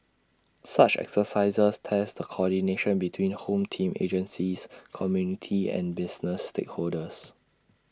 such exercises test the coordination between home team agencies community and business stakeholders